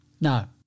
Now